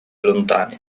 lontane